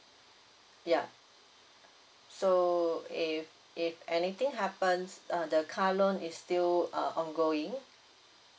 ya so if if anything happens uh the car loan is still uh ongoing